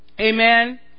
Amen